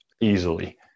Easily